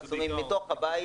מתוך הבית